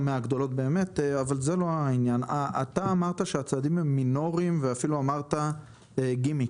אתה אמרת שהצעדים הם מינוריים ואפילו אמרת גימיק.